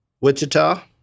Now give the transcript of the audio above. Wichita